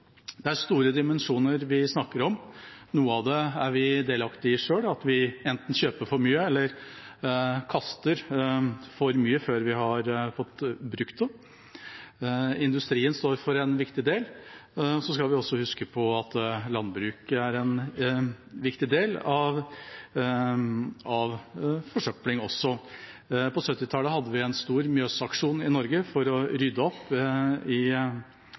Det er store dimensjoner vi snakker om. Noe av det er vi delaktig i selv, ved at vi enten kjøper for mye eller kaster for mye før vi har fått brukt det. Industrien står for en vesentlig del, og vi skal huske på at landbruket også står for en vesentlig del av forsøplingen. På 1970-tallet hadde vi en stor mjøsaksjon i Norge for å rydde opp i